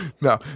No